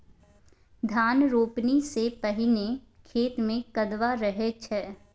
धान रोपणी सँ पहिने खेत मे कदबा रहै छै